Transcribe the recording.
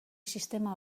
sistema